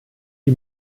die